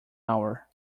hour